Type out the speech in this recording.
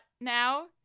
now